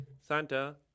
Santa